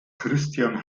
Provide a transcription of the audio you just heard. christian